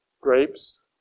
grapes